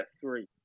three